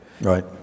Right